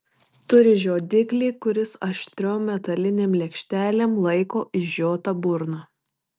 turi žiodiklį kuris aštriom metalinėm lėkštelėm laiko išžiotą burną